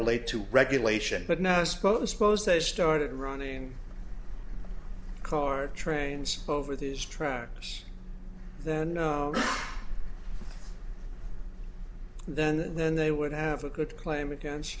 relate to regulation but now suppose suppose they started running car trains over these tracks then then then they would have a good claim against